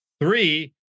three